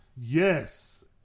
Yes